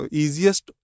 easiest